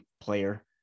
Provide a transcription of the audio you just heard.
player